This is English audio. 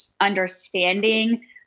understanding